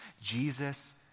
Jesus